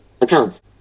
accounts